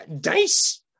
dice